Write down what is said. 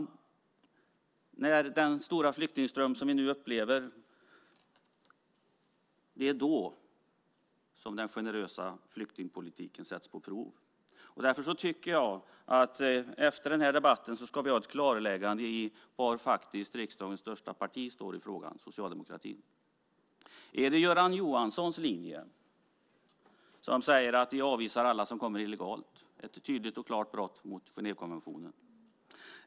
Det är när den stora flyktingström som vi nu upplever kommer som den generösa flyktingpolitiken sätts på prov. Därför tycker jag att vi efter den här debatten ska ha ett klarläggande i var riksdagens största parti, Socialdemokraterna, står i frågan. Är det Göran Johanssons linje som gäller? Den säger att vi avvisar alla som kommer illegalt - ett tydligt och klart brott mot Genèvekonventionen.